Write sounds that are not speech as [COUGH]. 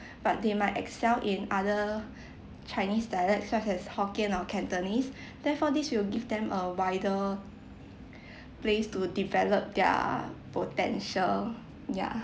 but they might excel in other chinese dialect such as hokkien or cantonese therefore this will give them a wider [NOISE] place to develop their potential yeah